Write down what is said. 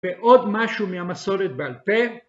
ועוד משהו מהמסורת בעל פה,